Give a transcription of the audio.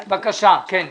בבקשה, כן.